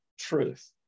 truth